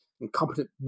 incompetent